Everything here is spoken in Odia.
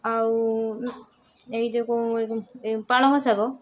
ଆଉ ଏଇ ଯୋଗୁଁ ପାଳଙ୍ଗ ଶାଗ